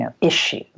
issue